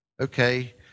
okay